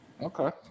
okay